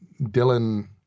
Dylan